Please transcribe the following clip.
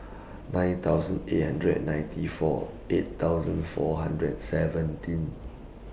nine thousand eight hundred and ninety four eight thousand four hundred and seventeen